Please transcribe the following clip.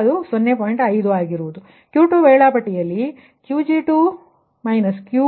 5 ಅಂತೆಯೇ Q2 schedule Qg2